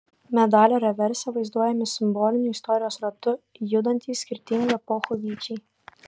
medalio reverse vaizduojami simboliniu istorijos ratu judantys skirtingų epochų vyčiai